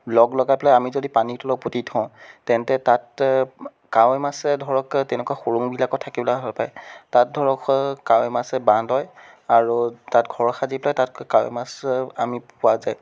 লগ লগাই পেলাই আমি যদি পানীৰ তলত পুতি থওঁ তেন্তে তাত কাৱৈ মাছে ধৰক তেনেকুৱা সৰু মাছবিলাকো থাকিবলে ভাল পায় তাত ধৰক কাৱৈ মাছে বাঁহ লয় আৰু তাত ঘৰ সাজি পেলাই তাত কাৱৈ মাছে আমি পোৱা যায়